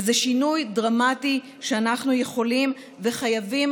וזה שינוי דרמטי שאנחנו יכולים וחייבים